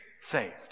Saved